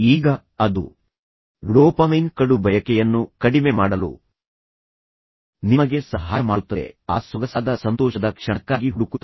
ಈಗ ಅದು ಡೋಪಮೈನ್ ಕಡುಬಯಕೆಯನ್ನು ಕಡಿಮೆ ಮಾಡಲು ನಿಮಗೆ ಸಹಾಯ ಮಾಡುತ್ತದೆ ಆ ಸೊಗಸಾದ ಸಂತೋಷದ ಕ್ಷಣಕ್ಕಾಗಿ ಹುಡುಕುತ್ತದೆ